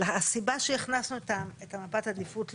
הסיבה שהכנסנו את מפת העדיפות הלאומית,